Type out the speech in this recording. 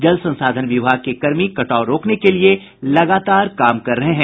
जल संसाधन विभाग के कर्मी कटाव रोकने के लिए लगातार काम कर रहे हैं